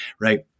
Right